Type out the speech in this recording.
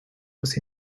was